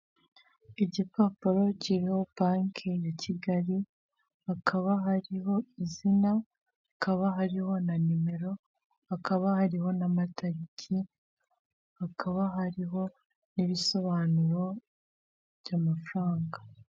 Igipapuro kiriho banki ya kigali hakaba hariho izina, hakaba hariho na numero, hakaba hariho n'amatariki, hakaba hariho n'ibisobanuro by'amafaranga.